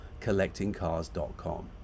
CollectingCars.com